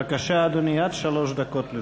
בבקשה, אדוני, עד שלוש דקות לרשותך.